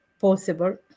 possible